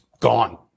Gone